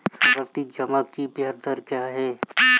आवर्ती जमा की ब्याज दर क्या है?